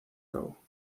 cabo